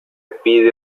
pide